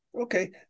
Okay